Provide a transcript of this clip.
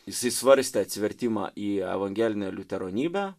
jisai svarstė atsivertimą į evangelinę liuteronybę